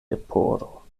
leporo